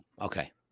Okay